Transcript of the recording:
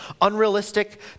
unrealistic